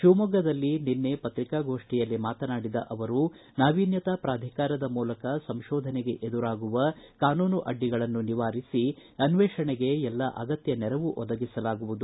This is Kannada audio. ಶಿವಮೊಗ್ಗದಲ್ಲಿ ನಿನ್ನೆ ಪತ್ರಿಕಾಗೋಷ್ಠಿಯಲ್ಲಿ ಮಾತನಾಡಿದ ಅವರು ನಾವೀನ್ಗತಾ ಪ್ರಾಧಿಕಾರದ ಮೂಲಕ ಸಂಶೋಧನೆಗೆ ಎದುರಾಗುವ ಕಾನೂನು ಅಡ್ಡಿಗಳನ್ನು ನಿವಾರಿಸಿ ಅನ್ವೇಷಣೆಗೆ ಎಲ್ಲ ಅಗತ್ತ ನೆರವು ಒದಗಿಸಲಾಗುವುದು